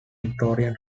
victorian